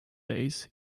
days